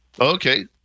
Okay